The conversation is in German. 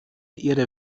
ihre